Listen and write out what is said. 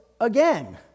again